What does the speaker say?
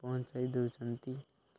ପହଞ୍ଚାଇ ଦେଉଛନ୍ତି